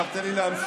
עכשיו תן לי להמשיך.